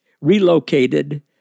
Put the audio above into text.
relocated